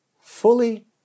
fully